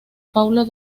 paulo